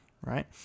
right